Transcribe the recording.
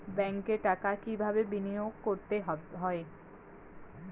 ব্যাংকে টাকা কিভাবে বিনোয়োগ করতে হয়?